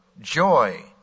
joy